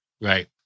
Right